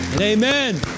amen